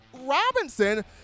Robinson